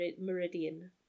Meridian